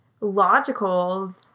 logical